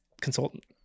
consultant